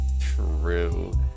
True